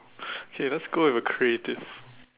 okay let's go with a creative